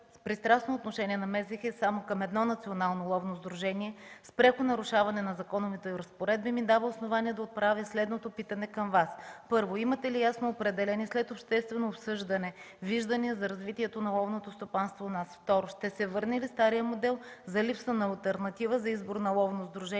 питане – дали ще се върне старият модел за липса на алтернатива за избор на ловно сдружение